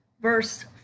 verse